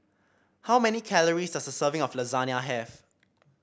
how many calories does a serving of Lasagna have